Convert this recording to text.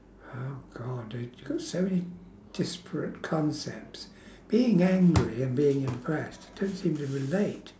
oh god they so many desperate concepts being angry and being impressed don't seem to relate